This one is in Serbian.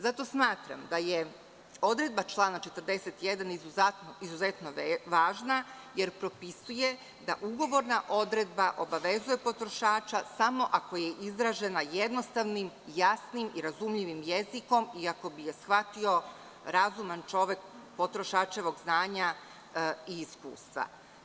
Zato smatram da je odredba člana 41. izuzetno važna, jer propisuje da ugovorna odredba obavezuje potrošača samo ako je izražena jednostavnim, jasnim i razumljivim jezikom, kako bi ga shvatio razuman čovek, potrošačevog znanja i iskustva.